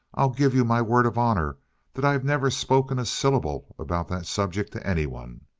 i'll give you my word of honor that i've never spoken a syllable about that subject to anyone!